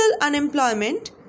unemployment